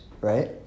right